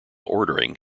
ordering